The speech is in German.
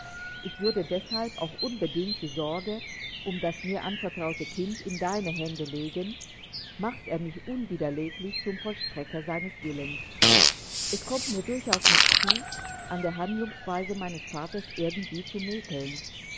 ich würde deshalb auch unbedingt die sorge um das mir anvertraute kind in deine hände legen macht er mich unwiderleglich zum vollstrecker seines willens es kommt mir durchaus nicht zu an der handlungsweise meines vaters irgendwie zu mäkeln